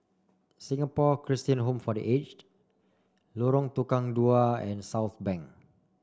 Singapore Christian Home for The Aged Lorong Tukang Dua and Southbank